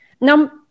Now